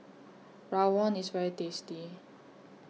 Rawon IS very tasty